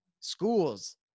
Schools